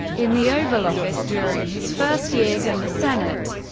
in the oval office during his first years in the senate,